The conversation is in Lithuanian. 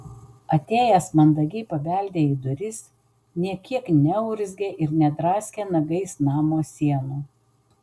atėjęs mandagiai pabeldė į duris nė kiek neurzgė ir nedraskė nagais namo sienų